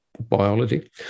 biology